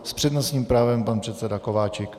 S přednostním právem pan předseda Kováčik.